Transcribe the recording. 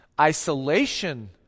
isolation